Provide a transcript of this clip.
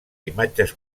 imatges